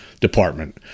Department